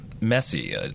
messy